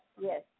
Yes